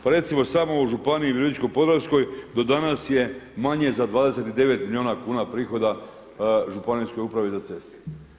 Pa recimo samo u Županiji virovitičko-podravskoj do danas je manje za 29 milijuna kuna prihoda Županijskoj upravi za ceste.